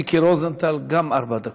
מיקי רוזנטל, גם ארבע דקות.